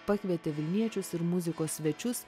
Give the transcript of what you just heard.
pakvietė vilniečius ir muzikos svečius